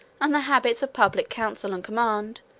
and the habits of public counsel and command,